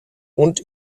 und